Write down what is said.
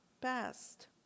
best